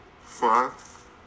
five